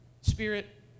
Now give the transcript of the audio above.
Spirit